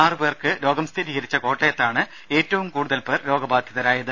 ആറു പേർക്ക് രോഗം സ്ഥിരീകരിച്ച കോട്ടയത്താണ് ഏറ്റവും കൂടുതൽ പേർ രോഗബാധിതരായത്